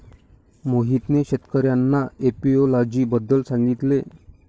मोहितने शेतकर्यांना एपियोलॉजी बद्दल सांगितले